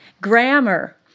Grammar